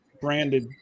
branded